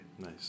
Nice